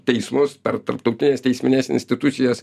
teismus per tarptautines teismines institucijas